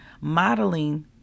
modeling